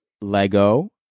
LEGO